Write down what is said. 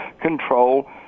control